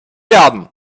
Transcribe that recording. werden